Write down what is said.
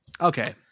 okay